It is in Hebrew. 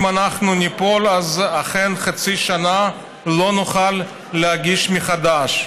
אם אנחנו ניפול, אז חצי שנה לא נוכל להגיש מחדש,